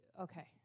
okay